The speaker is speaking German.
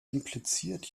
impliziert